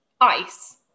ice